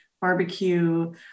barbecue